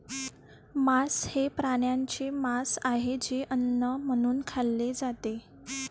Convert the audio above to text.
मांस हे प्राण्यांचे मांस आहे जे अन्न म्हणून खाल्ले जाते